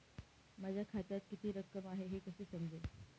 माझ्या खात्यात किती रक्कम आहे हे कसे समजेल?